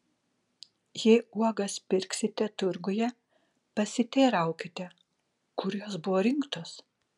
jei uogas pirksite turguje pasiteiraukite kur jos buvo rinktos